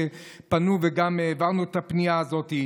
שפנו וגם העברנו את הפנייה הזאת,